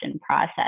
process